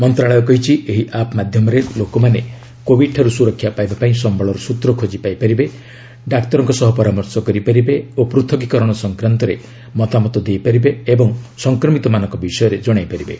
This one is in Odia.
ମନ୍ତ୍ରଣାଳୟ କହିଛି ଏହି ଆପ୍ ମାଧ୍ୟମରେ ଲୋକମାନେ କୋଭିଡ୍ଠାରୁ ସୁରକ୍ଷା ପାଇବା ପାଇଁ ସମ୍ଭଳର ସୂତ୍ର ଖୋଜି ପାଇପାରିବେ ଡାକ୍ତରଙ୍କ ସହ ପରାମର୍ଶ କରିପାରିବେ ଓ ପୃଥକୀକରଣ ସଂକ୍ରାନ୍ତରେ ମତାମତ ଦେଇପାରିବେ ଏବଂ ସଂକ୍ରମିତମାନଙ୍କ ବିଷୟରେ ଜଣାଇ ପାରିବେ